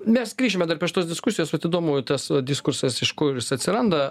mes grįšime dar prie šitos diskusijos vat įdomu tas diskursas iš kur jis atsiranda